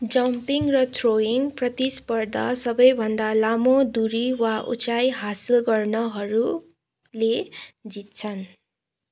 jumping र throwing प्रतिस्पर्धा सबैभन्दा लामो दुरी वा उचाइ हासिल गर्नहरूले जित्छन्